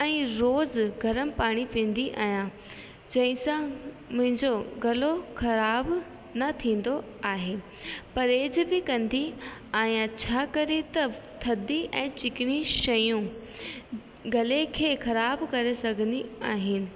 ऐं रोज़ु गरमु पाणी पीअंदी आहियां जंहिं सां मुंहिंजो गलो ख़राबु न थींदो आहे परहेज बि कंदी आहियां छा करे त थधी ऐं चिकनी शयूं गले खे ख़राबु करे सघंदी आहिनि